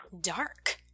Dark